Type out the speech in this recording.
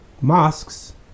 mosques